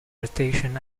rotation